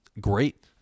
great